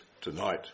tonight